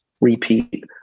repeat